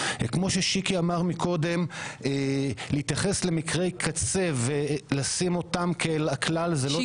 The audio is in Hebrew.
כמו ששיקי אמר מקודם להתייחס למקרי קצה ולשים אותם כאל הכלל זה לא נכון.